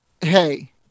hey